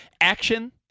Action